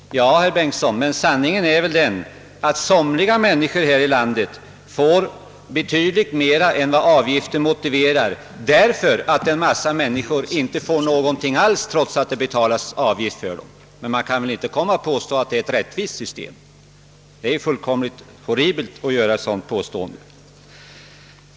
Men sanningen är väl den, herr Bengtsson, att somliga människor här i landet får betydligt mera än vad avgiften motiverar därför att en mängd människor inte får någonting alls trots att det betalas in avgift för dem. Det är verkligen horribelt att påstå att detta skulle vara ett rättvist system.